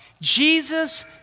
Jesus